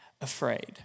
afraid